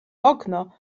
okno